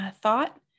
thought